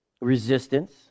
Resistance